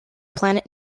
planet